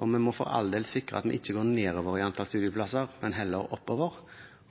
og vi må for all del sikre at vi ikke går nedover i antall studieplasser, men heller oppover.